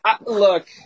Look